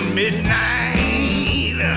midnight